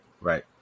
right